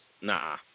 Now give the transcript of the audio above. Nah